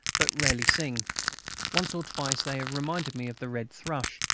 but rarely sing once or twice they have reminded me of the red thrush,